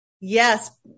Yes